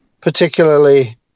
particularly